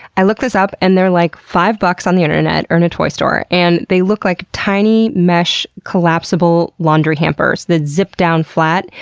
i looked this up and they're like five bucks on the internet or in a toy store, and they look like tiny mesh collapsible laundry hampers that zip down flat.